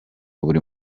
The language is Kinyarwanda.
buri